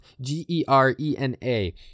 G-E-R-E-N-A